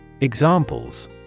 Examples